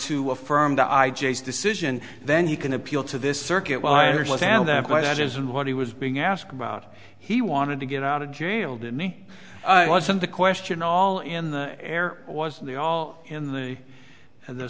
to affirm the i j s decision then he can appeal to this circuit well i understand that but that isn't what he was being asked about he wanted to get out of jail dinny wasn't the question all in the air was the all in the way and the